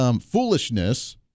foolishness